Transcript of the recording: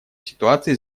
ситуация